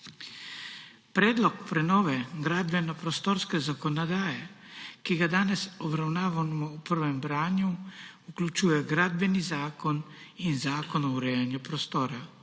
Predlog prenove gradbeno-prostorske zakonodaje, ki ga danes obravnavamo v prvem branju, vključuje gradbeni zakon in zakon o urejanju prostora.